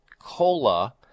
cola